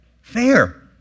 fair